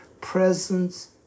presence